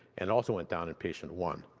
and also went down in patient one.